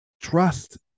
trust